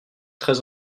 très